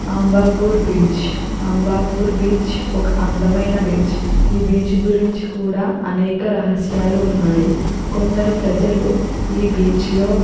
Ambapur beach Ambapur beach ఒక అందమైన beach ఈ బీచ్ గురించి కూడా అనేక రహస్యాలు ఉన్నాయి కొందరు ప్రజలు ఈ బీచ్ లో